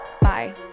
bye